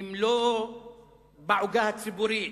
הם לא בעוגה הציבורית.